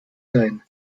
sein